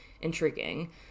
intriguing